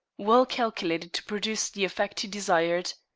well calculated to produce the effect he desired,